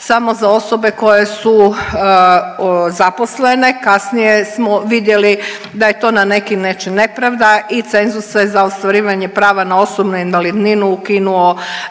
samo za osobe koje su zaposlene, kasnije smo vidjeli da je to na neki nečin nepravda i cenzus se za ostvarivanje prava na osobnu invalidninu ukinuo